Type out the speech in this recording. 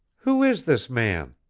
who is this man?